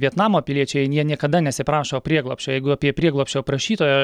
vietnamo piliečiai jie niekada nesiprašo prieglobsčio jeigu apie prieglobsčio prašytoją